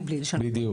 מבלי לשנות חקיקה.